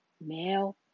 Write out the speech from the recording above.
male